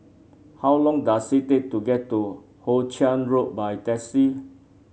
how long does it take to get to Hoe Chiang Road by taxi